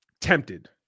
tempted